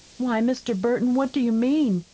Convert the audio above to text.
why, mr. burton, what do you mean?